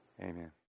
Amen